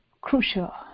crucial